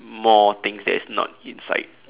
more things that is not inside